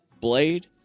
Blade